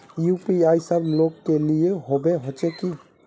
UPI सब लोग के लिए होबे होचे की?